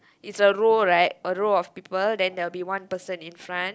is a roll right a roll of people then will be one person in front